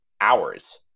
hours